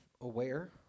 aware